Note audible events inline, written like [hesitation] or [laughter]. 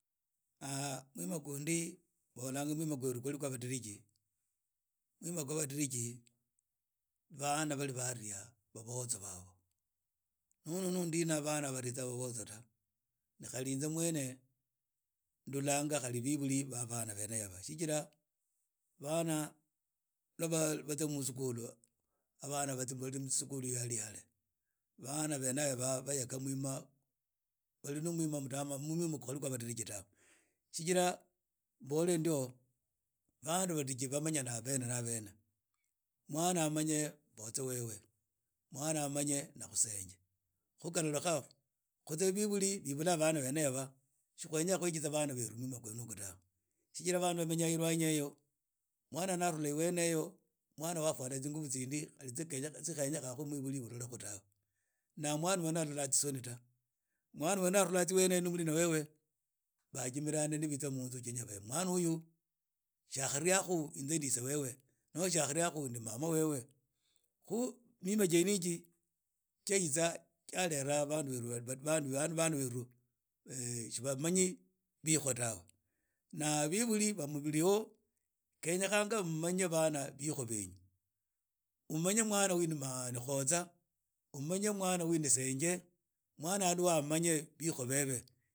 [hesitation] mwima khundi mbolanga mwima khundi khwa badiriji mwima khwa badiriji bolanga bana bali barhia babozo bavo nunu ndina bana barhia bobozo ta khali inze mwenne ndolanga khali biburi ba abana bene yaba shijira bana batsia musikhulu aah bana bali musikhulu ihare ihare bana bene yaba bayakha mwima bali na mwima muda…mwima khuli khwa badiriji tawe shijira mbole ndio bana badiriji bamanyana bene na bene mwana amanye mbozo webe mwana amanye nakhusenye khu khaolekha khunyi biburi khwibula bana bene yaba si khwenya khwikitsa bana bene aba mwima gwene yigu shijira bana bamenya ilwanyi eyo mwana na arhula eyo yafwala tsinguvu tsinde rsia khenyekha mwibuli olole tawe na mawna wene alola tsisoni ta mwana arula tsa il ana mulina webe bajimirani ni bitsa munzu uchenya mwana uyu tsia akhalola khu inze ni ise wewe noho tsia akhalola khu inze ndi mama wewe khu mima jene hiji jaiza yarera bandu berhu bsndu berhu tsibamanyi biko tawe na bibuli ba mukhili ho khenyekhanga mumanye bana bikho benu umanye mwna uyu ni maaa uyu ni khotsa umanye mwana uyu ni senje mwana amanye biko bebe.